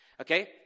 Okay